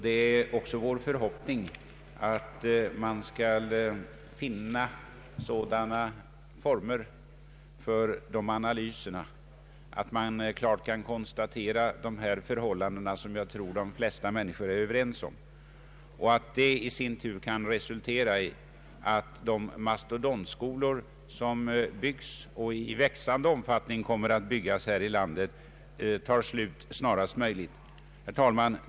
Det är också vår förhoppning att man skall finna sådana former för analyserna att man klart kan konstatera de här förhållandena, som jag tror de flesta människor är överens om, och att detta i sin tur kan resultera i att de mastodontskolor som byggs och i växande omfattning kommer att byggas här i landet försvinner snarast möjligt. Herr talman!